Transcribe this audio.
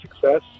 success